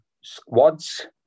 squads